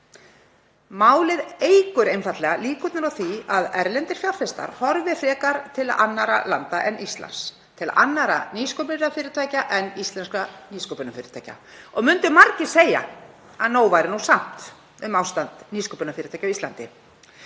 Málið eykur einfaldlega líkurnar á því að erlendir fjárfestar horfi frekar til annarra landa en Íslands, til annarra nýsköpunarfyrirtækja en íslenskra nýsköpunarfyrirtækja. Mundu margir segja að nóg væri nú samt um ástand nýsköpunarfyrirtækja á Íslandi.